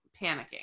panicking